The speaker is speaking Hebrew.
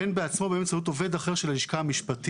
בין בעצמו ובין באמצעות עובד אחר של הלשכה המשפטית.